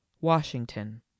washington